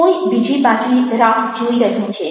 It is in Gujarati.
કોઈ બીજી બાજુએ રાહ જોઈ રહ્યું છે